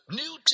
new